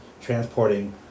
transporting